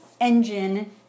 engine